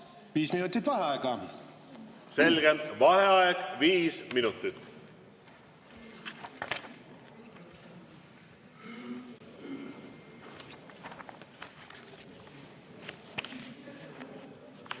viis minutit vaheaega. Selge. Vaheaeg viis minutit.V